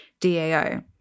DAO